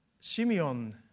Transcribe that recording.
Simeon